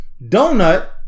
donut